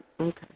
okay